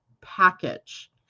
package